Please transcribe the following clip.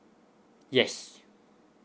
yes